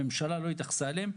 הממשלה לא התייחסה אליהם.